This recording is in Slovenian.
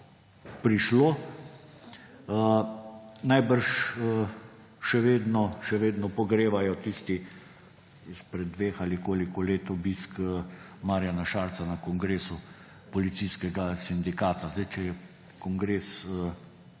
prišlo. Najbrž še vedno, še vedno pogrevajo tisti, izpred dveh ali koliko let, obisk Marjana Šarca na kongresu Policijskega sindikata. Zdaj, če je kongres